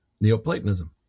Neoplatonism